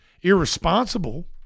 irresponsible